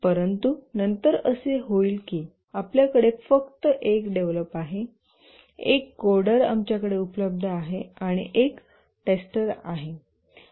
परंतु नंतर असे होईल की आपल्याकडे फक्त एक डेव्हलप आहेएक कोडर आमच्याकडे उपलब्ध आहे आणि एक टेस्टर आहे